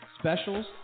Specials